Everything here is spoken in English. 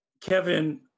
Kevin